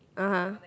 ah !huh!